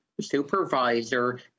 supervisor